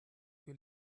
que